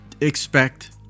expect